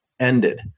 ended